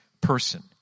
person